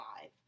five